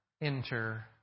enter